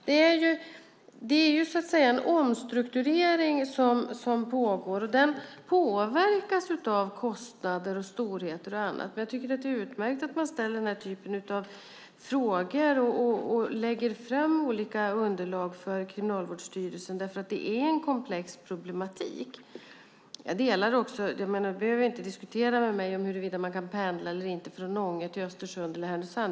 Det pågår alltså en omstrukturering, och den påverkas av kostnader, storheter och annat, men jag tycker att det är utmärkt att man ställer den här typen av frågor och lägger fram olika underlag för Kriminalvårdsstyrelsen, därför att det är en komplex problematik. Man behöver inte diskutera med mig om man kan pendla eller inte från Ånge till Östersund eller Härnösand.